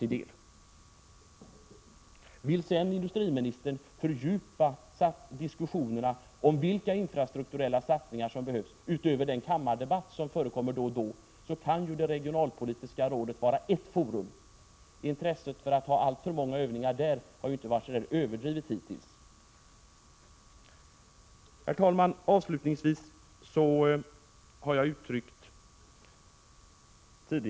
Vill sedan industriministern fördjupa diskussionerna om vilka infrastrukturella satsningar som behövs — utöver den kammardebatt som förekommer då och då — så kan det regionalpolitiska rådet vara ett forum. Intresset för att ha alltför många övningar där har ju inte precis varit överdrivet hittills. Herr talman! Jag har tidigare uttryckt min glädje över att utskottet — Prot.